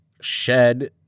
shed